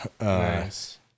Nice